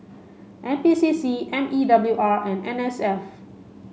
N P C C M E W R and N S F